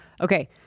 okay